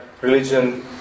religion